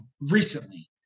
recently